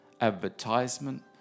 advertisement